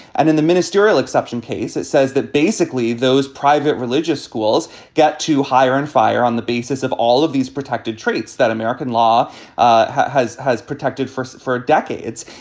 and then the ministerial exception case, it says that basically those private religious schools got to hire and fire on the basis of all of these protected traits that american law ah has has protected for for decades.